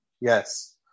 Yes